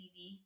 tv